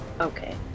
Okay